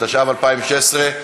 התשע"ו 2016,